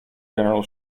general